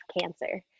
cancer